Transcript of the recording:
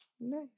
Nice